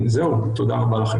זהו, זה מערך הדינמיקה.